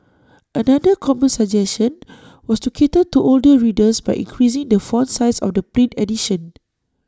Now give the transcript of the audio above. another common suggestion was to cater to older readers by increasing the font size of the print edition